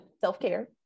Self-care